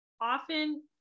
often